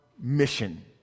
mission